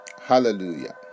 Hallelujah